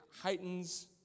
heightens